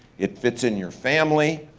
it fits in your family.